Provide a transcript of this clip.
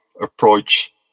approach